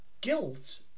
Guilt